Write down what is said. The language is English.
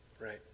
Right